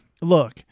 look